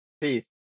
Peace